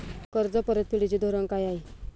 कर्ज परतफेडीचे धोरण काय आहे?